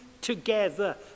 together